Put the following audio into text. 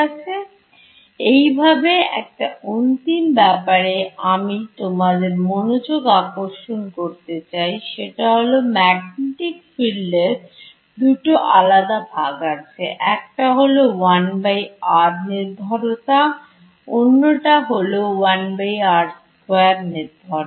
সুতরাং এইভাবে একটা অন্তিম ব্যাপারে আমি তোমাদের মনোযোগ আকর্ষণ করতে চাই সেটা হল ম্যাগনেটিক ফিল্ডের দুটো আলাদা ভাগ আছে একটা হল 1r নির্ভরতা এবং অন্যটা হল 1r2 নির্ভরতা